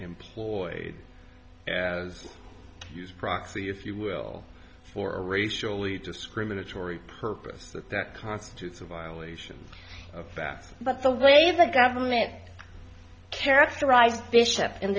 employed as use proxy if you will for a racially discriminatory purpose that that constitutes a violation of fact but the way the government characterized bishop in